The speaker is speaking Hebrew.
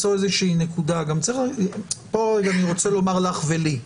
אני רוצה לומר לך ולי,